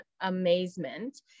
amazement